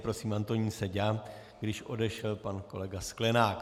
Prosím, Antonín Seďa, když odešel pan kolega Sklenák.